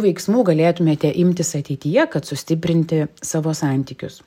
veiksmų galėtumėte imtis ateityje kad sustiprinti savo santykius